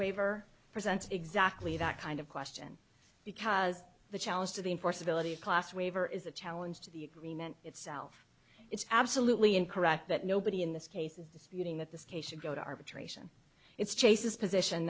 waiver presents exactly that kind of question because the challenge to the enforceability class waiver is a challenge to the agreement itself it's absolutely incorrect that nobody in this case is disputing that this case should go to arbitration it's chase's position